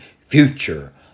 future